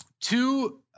two